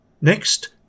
Next